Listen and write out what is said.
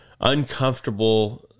uncomfortable